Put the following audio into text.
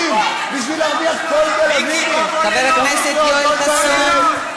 חבר הכנסת יואל חסון.